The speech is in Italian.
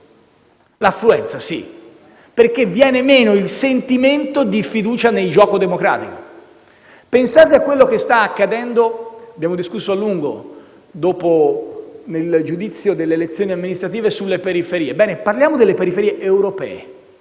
l'affluenza sì, perché viene meno il sentimento di fiducia nel gioco democratico. Pensate a quello che sta accadendo ‑ abbiamo discusso a lungo nel giudizio delle elezioni amministrative ‑ nelle periferie. Bene, parliamo delle periferie europee: